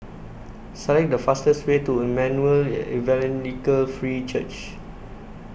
Select The fastest Way to Emmanuel Evangelical Free Church